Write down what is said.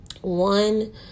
one